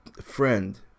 friend